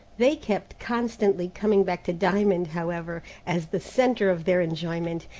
they kept constantly coming back to diamond, however, as the centre of their enjoyment,